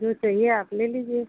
जो चाहिए आप ले लीजिए